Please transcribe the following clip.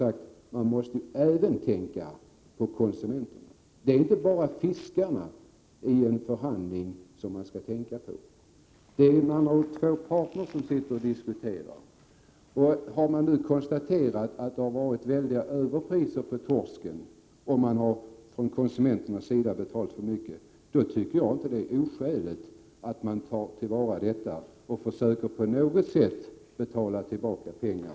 Det är inte bara fiskarna som man skall tänka på i en förhandling. Det är ju två parter som diskuterar med varandra. Det har nu konstaterats att det har tagits ut väldiga överpriser på torsk, som konsumenterna har fått betala. Jag menar att det inte är oskäligt att man försöker att på något sätt betala tillbaka pengar.